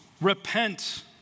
repent